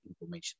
information